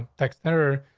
texter.